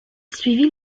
suivit